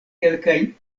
kelkajn